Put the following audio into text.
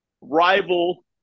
rival